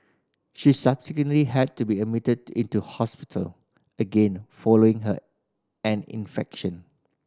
she subsequently had to be admitted into hospital again following her an infection